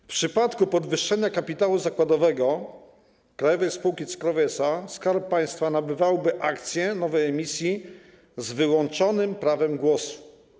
W przypadku podwyższenia kapitału zakładowego Krajowej Spółki Cukrowej SA Skarb Państwa nabywałby akcje nowej emisji z wyłączonym prawem głosu.